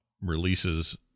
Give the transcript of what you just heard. releases